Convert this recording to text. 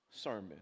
sermon